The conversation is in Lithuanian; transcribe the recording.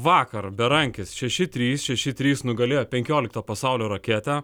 vakar berankis šeši trys šeši trys nugalėjo penkioliktą pasaulio raketę